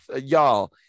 y'all